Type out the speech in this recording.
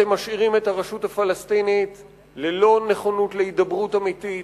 אתם משאירים את הרשות הפלסטינית ללא נכונות להידברות אמיתית,